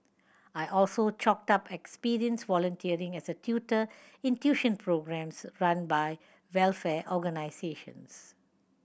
I also chalked up experience volunteering as a tutor in tuition programmes run by welfare organisations